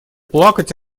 плакать